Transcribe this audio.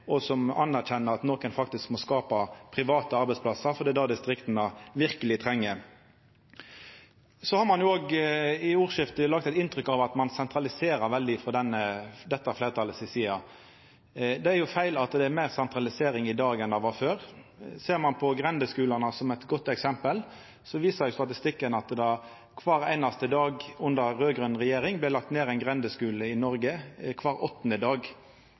og som anerkjenner at nokon faktisk må skapa private arbeidsplassar, for det er det distrikta verkeleg treng. Ein har òg i ordskiftet laga eit inntrykk av at ein sentraliserer veldig frå dette fleirtalet si side. Det er feil at det er meir sentralisering i dag enn det var før. Ser ein på grendeskulane som eit godt eksempel, viser statistikken at det kvar åttande dag under raud-grøn regjering vart lagt ned ein grendeskule i Noreg. Talet for denne regjeringstida er at me må over tretti dagar for kvar